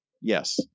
Yes